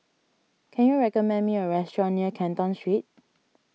can you recommend me a restaurant near Canton Street